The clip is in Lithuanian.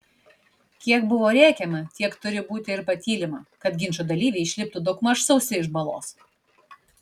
kiek buvo rėkiama tiek turi būti ir patylima kad ginčo dalyviai išliptų daugmaž sausi iš balos